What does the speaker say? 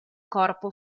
corpo